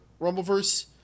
Rumbleverse